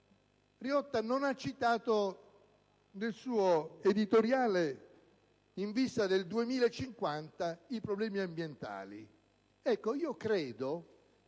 Riotta non ha citato nel suo editoriale, in vista del 2050, i problemi ambientali. Ecco, io credo